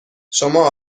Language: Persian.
شما